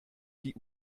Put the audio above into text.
die